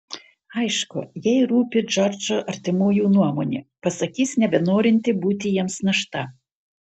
aišku jai rūpi džordžo artimųjų nuomonė pasakys nebenorinti būti jiems našta